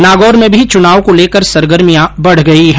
नागौर में भी चुनाव को लेकर सरगर्मिया बढ गई है